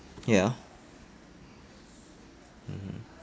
ya mm